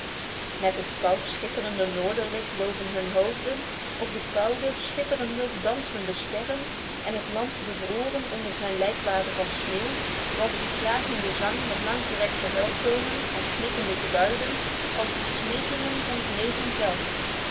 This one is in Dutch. met het koud schitterende noorderlicht boven hun hoofden of de koude schitterende dansende sterren en het land bevroren onder zijn lijkwade van sneeuw was die klagende zang met langgerekte huiltonen en snikkende geluiden als de smekingen van het leven zelf